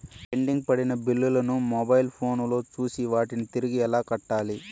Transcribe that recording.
pending పడిన బిల్లులు ను మొబైల్ ఫోను లో చూసి వాటిని తిరిగి ఎలా కట్టాలి